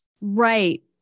Right